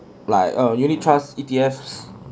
like a unit trust E_T_F